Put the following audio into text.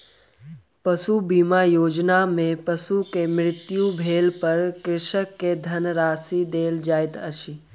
पशु बीमा योजना में पशु के मृत्यु भेला पर कृषक के धनराशि देल जाइत अछि